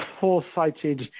foresighted